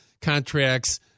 contracts